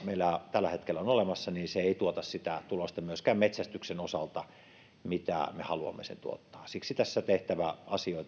tällä hetkellä on olemassa ei tuota myöskään metsästyksen osalta sitä tulosta mitä me haluamme sen tuottavan siksi tässä on asioita tehtävä